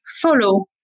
follow